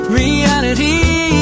reality